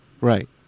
Right